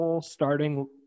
starting